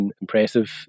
impressive